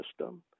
system